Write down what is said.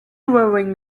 wearing